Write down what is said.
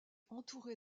entouré